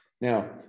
Now